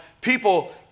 people